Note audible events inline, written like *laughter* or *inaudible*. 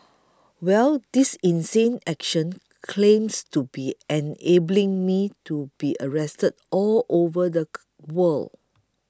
well this insane action claims to be enabling me to be arrested all over the *noise* world